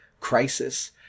crisis